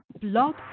Blog